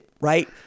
right